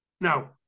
Now